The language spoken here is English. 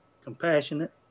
compassionate